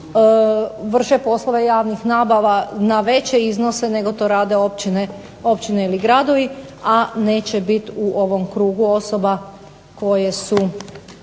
vrše poslove javnih nabava na veće iznose nego to rade općine ili gradovi, a neće biti u ovom krugu osoba koje